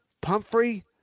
Pumphrey